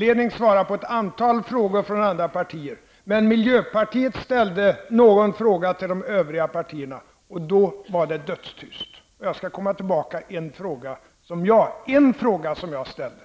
jag ändock svara på ett antal frågor från andra partier. Men miljöpartiet ställde någon fråga till de övriga partierna, och då var det dödstyst. Jag skall komma tillbaka till en fråga som jag ställde.